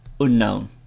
unknown